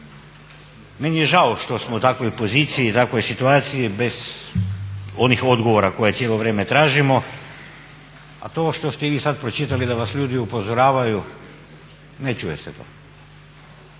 Meni je žao što smo u takvoj poziciji, takvoj situaciji bez onih odgovora koje cijelo vrijeme tražimo, a to što ste vi sad pročitali da vas ljudi upozoravaju ne čuje se to.